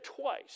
twice